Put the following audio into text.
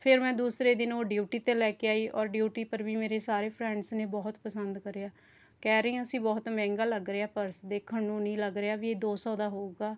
ਫ਼ਿਰ ਮੈਂ ਦੂਸਰੇ ਦਿਨ ਉਹ ਡਿਊਟੀ 'ਤੇ ਲੈ ਕੇ ਆਈ ਔਰ ਡਿਊਟੀ ਪਰ ਵੀ ਮੇਰੇ ਸਾਰੇ ਫਰੈਂਡਸ ਨੇ ਬਹੁਤ ਪਸੰਦ ਕਰਿਆ ਕਹਿ ਰਹੀਆਂ ਸੀ ਬਹੁਤ ਮਹਿੰਗਾ ਲੱਗ ਰਿਹਾ ਪਰਸ ਦੇਖਣ ਨੂੰ ਨਹੀਂ ਲੱਗ ਰਿਹਾ ਵੀ ਇਹ ਦੋ ਸੌ ਦਾ ਹੋਵੇਗਾ